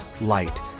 light